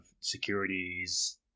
securities